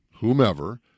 whomever